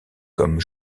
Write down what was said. comme